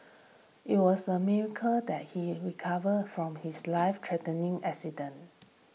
it was a miracle that he recovered from his life threatening accident